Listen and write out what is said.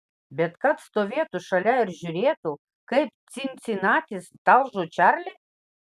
bet kad stovėtų šalia ir žiūrėtų kaip cincinatis talžo čarlį